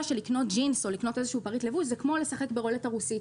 שלקנות ג'ינס או איזשהו פריט לבוש זה כמו לשחק ברולטה רוסית.